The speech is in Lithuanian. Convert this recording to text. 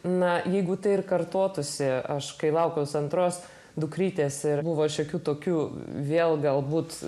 na jeigu tai ir kartotųsi aš kai laukiausi antros dukrytės ir buvo šiokių tokių vėl galbūt